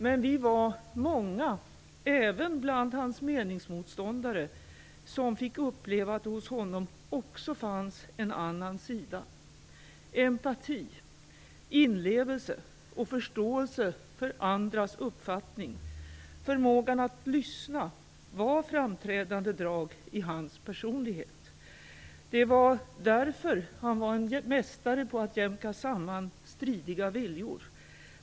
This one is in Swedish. Men vi var många - även bland hans meningsmotståndare - som fick uppleva att det hos honom också fanns en annan sida. Empati, inlevelse och förståelse för andras uppfattning, förmågan att lyssna, var framträdande drag i hans personlighet. Det var därför han var en mästare på att jämka samman stridiga viljor.